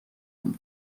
بود